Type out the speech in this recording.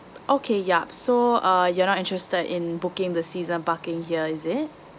okay yeah so uh you're not interested in booking the season parking here is it